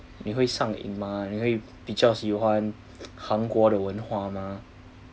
你会上瘾嘛你会比较喜欢韩国的文化嘛